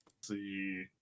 see